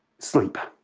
sleep.